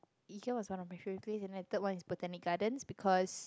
Ikea was one of my favorite place and then the third one is Botanic-Gardens because